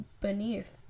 beneath